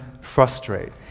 frustrate